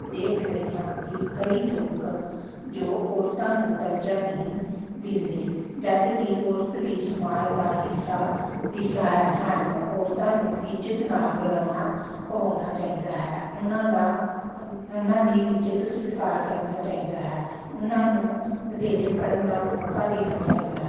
ਦੇਖ ਰਹੀ ਹਾਂ ਕਿ ਕਈ ਲੋਕ ਜੋ ਔਰਤਾਂ ਨੂੰ ਦਰਜਾ ਨਹੀਂ ਦਿੰਦੇ ਜਦ ਕਿ ਔਰਤ ਵੀ ਸਮਾਜ ਦਾ ਹਿੱਸਾ ਹਿੱਸਾ ਹੈ ਸਾਨੂੰ ਔਰਤਾਂ ਨੂੰ ਇੱਜ਼ਤ ਨਾਲ਼ ਬੁਲਾਉਣਾ ਕਵਾਉਣਾ ਚਾਹੀਦਾ ਹੈ ਉਹਨਾਂ ਦਾ ੳਨ ਉਹਨਾਂ ਦੀ ਇੱਜ਼ਤ ਸਤਿਕਾਰ ਕਰਨਾ ਚਾਹੀਦਾ ਹੈ ਉਹਨਾਂ ਨੂੰ ਵਧੇਰੇ ਪੜ੍ਹਨ ਦਾ ਮੌਕਾ ਦੇਣਾ ਚਾਹੀਦਾ